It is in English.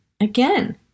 again